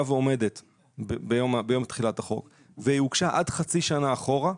ועומדת ביום תחילת החוק והיא הוגשה עד חצי שנה אחורה,